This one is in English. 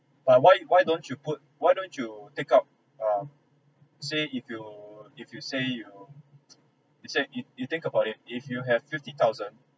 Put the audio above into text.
but why why don't you put why don't you take up um say if you if you say if say you you think about it if you have fifty thousand